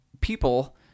people